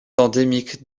endémique